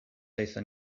aethon